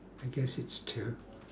I guess it's two